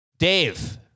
Dave